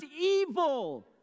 evil